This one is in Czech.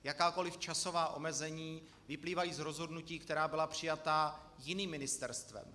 Jakákoli časová omezení vyplývají z rozhodnutí, která byla přijata jiným ministerstvem.